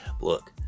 look